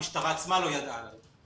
המשטרה עצמה לא ידעה עליו.